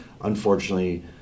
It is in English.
unfortunately